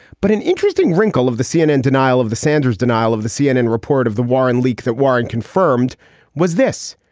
but an interesting wrinkle of the cnn denial of the sanders denial of the cnn report of the warren leak that warren confirmed was this.